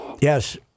Yes